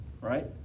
Right